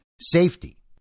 safety